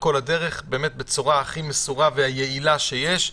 כל הדרך בצורה הכי מסורה ויעילה שיש.